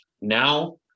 Now